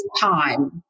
time